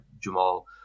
Jamal